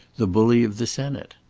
the bully of the senate.